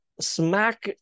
smack